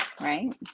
right